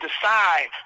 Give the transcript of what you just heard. decide